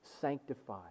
sanctify